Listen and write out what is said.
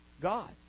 God